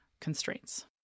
constraints